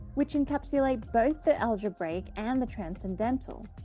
which encapsulate both the algebraic and the transcendental?